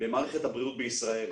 במערכת הבריאות בישראל.